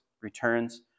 returns